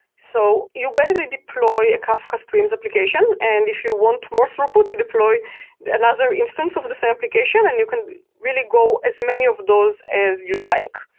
so you basically deploy a kafka streams application, and if you want more throughput to deploy another instance of this application and you can really go as many of those as you'd like,